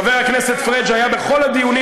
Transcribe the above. חבר הכנסת פריג' היה בכל הדיונים,